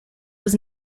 was